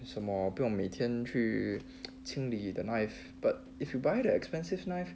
什么不用每天去清理 the knife but if you buy the expensive knife